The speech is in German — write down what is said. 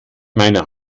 meine